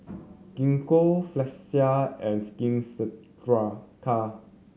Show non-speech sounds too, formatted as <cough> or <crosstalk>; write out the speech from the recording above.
Gingko Floxia and Skin <unintelligible>